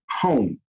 home